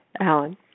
Alan